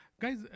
guys